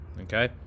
okay